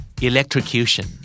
Electrocution